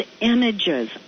images